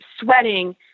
sweating